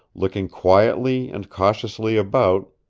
looking quietly and cautiously about,